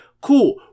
cool